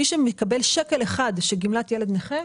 מי שמקבל שקל אחד של גמלת ילד נכה,